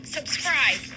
Subscribe